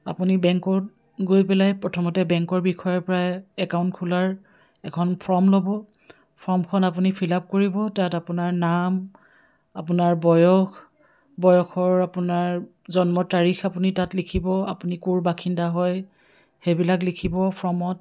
আপুনি বেংকত গৈ পেলাই প্ৰথমতে বেংকৰ বিষয়ে প্ৰায় একাউণ্ট খোলাৰ এখন ফৰ্ম ল'ব ফৰ্মখন আপুনি ফিলআপ কৰিব তাত আপোনাৰ নাম আপোনাৰ বয়স বয়সৰ আপোনাৰ জন্মৰ তাৰিখ আপুনি তাত লিখিব আপুনি ক'ৰ বাসিন্দা হয় সেইবিলাক লিখিব ফৰ্মত